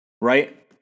Right